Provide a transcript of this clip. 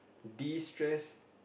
destress